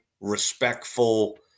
respectful